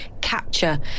capture